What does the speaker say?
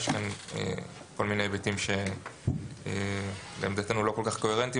יש פה כל מיני היבטים שלעמדתנו לא כל כך קוהרנטיים,